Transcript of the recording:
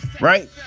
right